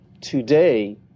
today